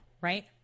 right